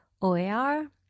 OAR